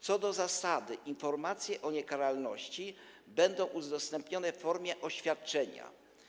Co do zasady informacje o niekaralności będą udostępniane w formie oświadczenia.